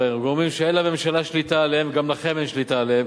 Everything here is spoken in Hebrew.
גורמים שאין לממשלה שליטה עליהם וגם לכם אין שליטה עליהם,